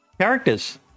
characters